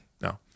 No